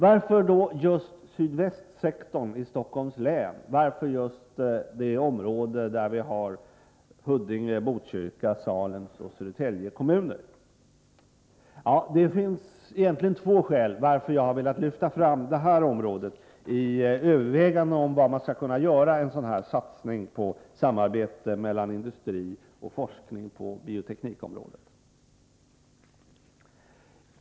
Varför då just sydvästsektorn i Stockholms län, varför just det område som omfattar Huddinge, Botkyrka, Salems och Södertälje kommuner? Det finns egentligen två skäl till att jag har velat lyfta fram detta område i övervägandena om var man skall kunna göra en satsning på samarbete mellan industri och forskning på bioteknikområdet.